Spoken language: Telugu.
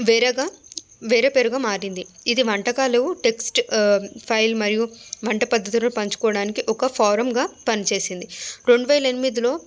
వేరేగా వేరే పేరుగా మారింది ఇది వంటకాలు టెక్స్ట్ ఫైల్ మరియు వంట పద్ధతులు పంచుకోవడానికి ఒక ఫోరంగా పనిచేసింది రెండువేల ఎనిమిదిలో